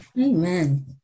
Amen